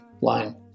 line